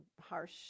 harsh